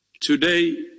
Today